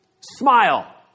smile